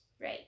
Right